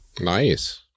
Nice